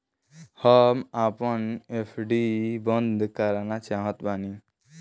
हम आपन एफ.डी बंद करना चाहत बानी